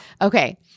Okay